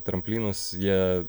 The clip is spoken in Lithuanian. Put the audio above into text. tramplynus jie